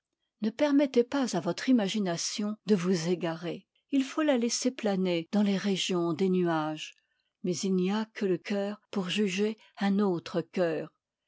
ne permettez pas à votre imagination de vous égarer il faut la laisser pla ner dans les régions des nuages mais il n'y a que le cœur pour juger un autre coeur